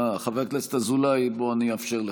אה, חבר הכנסת אזולאי, בוא, אני אאפשר לך.